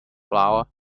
flour